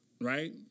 right